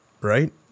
right